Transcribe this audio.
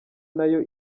nayo